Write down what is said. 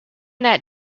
that